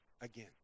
again